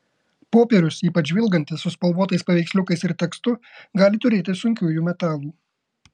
popierius ypač žvilgantis su spalvotais paveiksliukais ir tekstu gali turėti sunkiųjų metalų